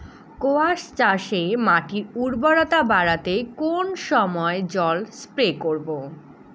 কোয়াস চাষে মাটির উর্বরতা বাড়াতে কোন সময় জল স্প্রে করব?